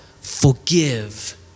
forgive